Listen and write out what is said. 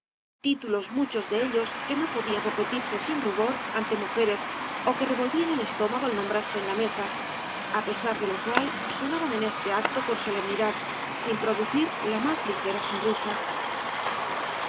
títulos muchos de ellos que no podían repetirse sin rubor ante mujeres ó que revolvían el estómago al nombrarse eu ia mesa á pesar de lo cual sonaban en este acto con solemnidad sin producir la más ligera sonrisa